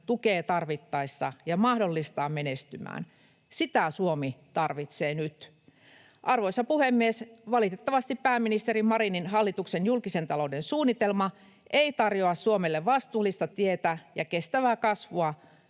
tukee tarvittaessa ja mahdollistaa menestymään. Sitä Suomi tarvitsee nyt. Arvoisa puhemies! Valitettavasti pääministeri Marinin hallituksen julkisen talouden suunnitelma ei tarjoa Suomelle vastuullista tietä ja kestävää kasvua.